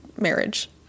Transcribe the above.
marriage